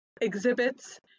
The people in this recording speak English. exhibits